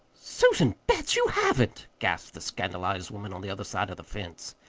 susan betts, you haven't! gasped the scandalized woman on the other side of the fence.